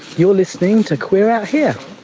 you're listening to queer out here!